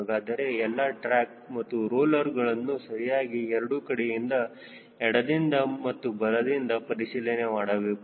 ಹಾಗಾದರೆ ಎಲ್ಲಾ ಟ್ರ್ಯಾಕ್ ಮತ್ತು ರೋಲರ್ ಗಳನ್ನು ಸರಿಯಾಗಿ ಎರಡು ಕಡೆಯಿಂದ ಎಡದಿಂದ ಮತ್ತು ಬಲದಿಂದ ಪರಿಶೀಲನೆ ಮಾಡಬೇಕು